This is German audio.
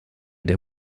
der